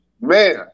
Man